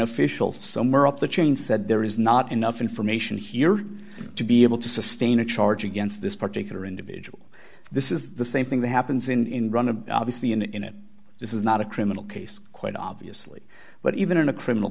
official summary up the chain said there is not enough information here to be able to sustain a charge against this particular individual this is the same thing that happens in front of obviously in in it this is not a criminal case quite obviously but even in a criminal